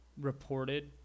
reported